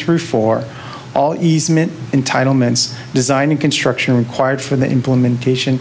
through for all easement entitlements design and construction required for the implementation